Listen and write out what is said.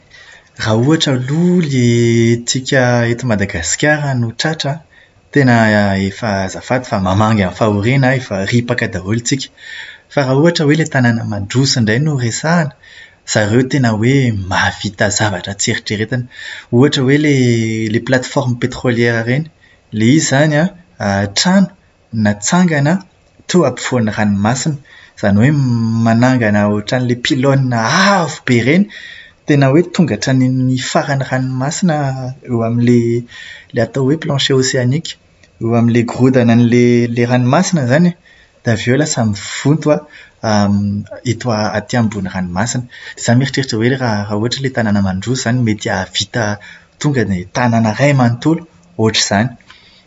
Raha ohatra aloha ilay tsika eto Madagasikara no tratra an, tena efa azafady fa mamangy amin'ny fahoriana, efa ripaka daholo tsika. Fa raha ohatra hoe ilay tanàna mandroso indray no resahana, ireo tena hoe mahavita zavatra tsy eritreretina. Ohatra hoe ilay ilay "plateforme pétrolière" ireny. Ilay izy izany an, trano natsangana teo ampovoan'ny ranomasina. Izany hoe manangana ohatran'ilay "pylone" avo be ireny tena hoe tonga hatrany amin'ny faran'ny ranomasina eo amin'ilay ilay atao hoe "plancher océanique". Eo amin'ilay gorodona an'ilay ranomasina izany e. Dia avy eo lasa mivonto an, eto a- aty ambony ranomasina. Zaho mieritreritra hoe raha raha ohatra ilay tanàna mandroso mety hahavita tonga dia tanàna iray manontolo ohatr'izany.